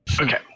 Okay